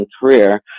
career